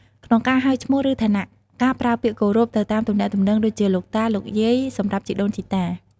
ក្នុងការហៅឈ្មោះឬឋានៈ គេប្រើពាក្យគោរពទៅតាមទំនាក់ទំនងដូចជា លោកតា លោកយាយសម្រាប់ជីដូនជីតា។